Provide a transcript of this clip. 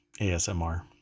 ASMR